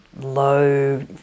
low